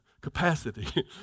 capacity